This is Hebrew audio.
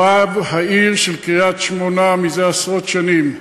רב העיר קריית-שמונה זה עשרות שנים,